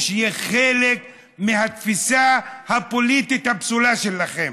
יהיה חלק מהתפיסה הפוליטית הפסולה שלכם.